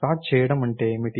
sort చేయడం అంటే ఏమిటి